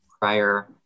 prior